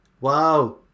Wow